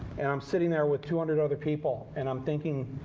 and i'm sitting there with two hundred other people, and i'm thinking,